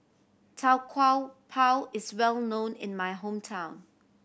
Tau Kwa Pau is well known in my hometown